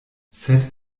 sed